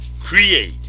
create